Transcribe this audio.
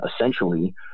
essentially